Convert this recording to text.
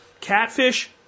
Catfish